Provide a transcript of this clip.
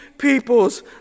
People's